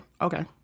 okay